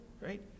Right